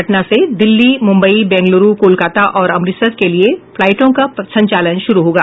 पटना से दिल्ली मुम्बई बेंगलुरू कोलकाता और अमृतसर के लिये फ्लाइटों का संचालन शुरू होगा